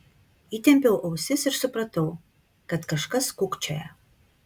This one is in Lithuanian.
įtempiau ausis ir supratau kad kažkas kūkčioja